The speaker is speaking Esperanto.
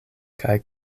kaj